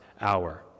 hour